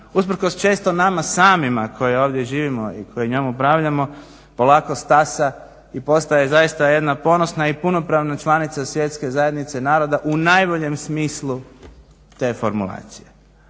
usprkos često nama samima koji ovdje živimo i koji njom upravljamo polako stasa i postaje zaista jedna ponosna i punopravna članica Svjetske zajednice naroda u najboljem smislu te formulacije.